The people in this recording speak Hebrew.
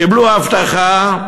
קיבלו הבטחה,